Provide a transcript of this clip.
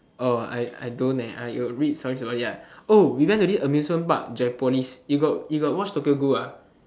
oh I I don't eh I got read stories about it ah oh we went to this amusement park joypolis you got you got watch Tokyo-Ghoul ah